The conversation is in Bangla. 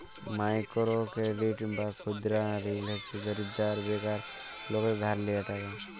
মাইকোরো কেরডিট বা ক্ষুদা ঋল হছে দরিদ্র আর বেকার লকদের ধার লিয়া টাকা